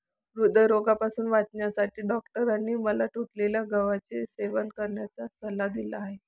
हृदयरोगापासून वाचण्यासाठी डॉक्टरांनी मला तुटलेल्या गव्हाचे सेवन करण्याचा सल्ला दिला आहे